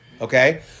Okay